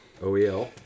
OEL